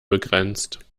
begrenzt